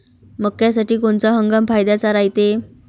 मक्क्यासाठी कोनचा हंगाम फायद्याचा रायते?